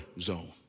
zone